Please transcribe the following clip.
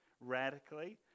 radically